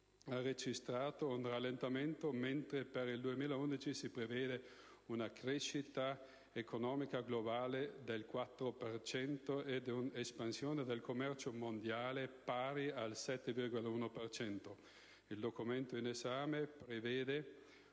registrato un rallentamento mentre per il 2011 si prevede una crescita economica globale del 4 per cento ed un'espansione del commercio mondiale pari al 7,1 per cento. Il Documento in esame prevede